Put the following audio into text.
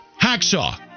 Hacksaw